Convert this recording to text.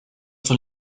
von